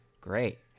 great